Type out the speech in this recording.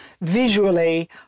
visually